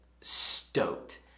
stoked